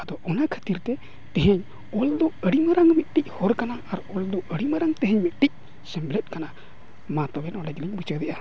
ᱟᱫᱚ ᱚᱱᱟ ᱠᱷᱟᱹᱛᱤᱨᱛᱮ ᱛᱮᱦᱮᱧ ᱚᱞᱫᱚ ᱟᱹᱰᱤ ᱢᱟᱨᱟᱝ ᱢᱤᱫᱴᱤᱡ ᱦᱚᱨ ᱠᱟᱱᱟ ᱟᱨ ᱚᱞ ᱫᱚ ᱟᱹᱰᱤ ᱢᱟᱨᱟᱝ ᱛᱮᱦᱮᱧ ᱢᱤᱫᱴᱤᱡ ᱥᱮᱢᱞᱮᱫ ᱠᱟᱱᱟ ᱢᱟ ᱛᱚᱵᱮ ᱱᱚᱰᱮ ᱜᱮᱞᱤᱧ ᱢᱩᱪᱟᱹᱫᱮᱜᱼᱟ